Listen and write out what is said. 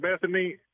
Bethany